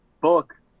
book